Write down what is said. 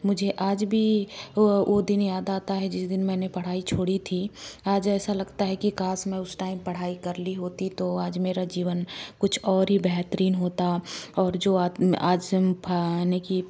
मुझे आज भी वो वो दिन याद आता है जिस दिन मैंने पढ़ाई छोड़ी थी आज ऐसा लगता है कि काश मैं उस टाइम पढ़ाई कर ली होती तो आज मेरा जीवन कुछ और ही बेहतरीन होता और जो आज से पाने की